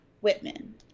Whitman